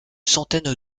centaine